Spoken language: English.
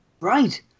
Right